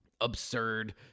absurd